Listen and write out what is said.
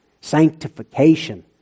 Sanctification